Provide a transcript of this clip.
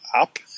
up